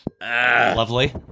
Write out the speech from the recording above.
Lovely